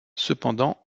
cependant